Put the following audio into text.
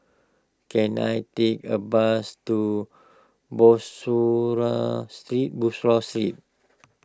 can I take a bus to Bussorah Street Bussorah Street